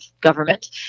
government